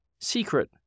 secret